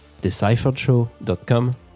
decipheredshow.com